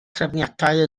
trefniadau